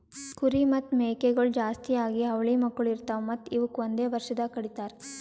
ಕುರಿ ಮತ್ತ್ ಮೇಕೆಗೊಳ್ ಜಾಸ್ತಿಯಾಗಿ ಅವಳಿ ಮಕ್ಕುಳ್ ಇರ್ತಾವ್ ಮತ್ತ್ ಇವುಕ್ ಒಂದೆ ವರ್ಷದಾಗ್ ಕಡಿತಾರ್